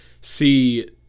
see